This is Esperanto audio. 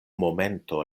momento